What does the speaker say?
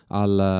al